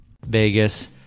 Vegas